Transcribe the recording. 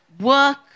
work